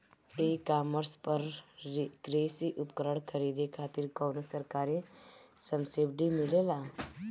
ई कॉमर्स पर कृषी उपकरण खरीदे खातिर कउनो सरकारी सब्सीडी मिलेला?